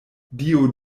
dio